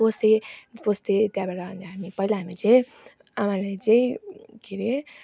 पस्यो पस्थ्यौँं त्यहाँबाट अनि हामी पहिला हामी चाहिँ आमाले चाहिँ के अरे